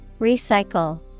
Recycle